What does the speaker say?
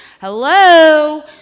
hello